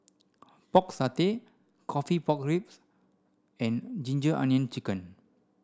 pork satay coffee pork ribs and ginger onion chicken